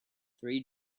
three